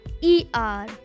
E-R